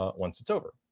ah once it's over.